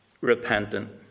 repentant